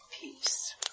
peace